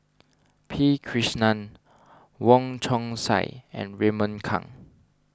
P Krishnan Wong Chong Sai and Raymond Kang